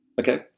Okay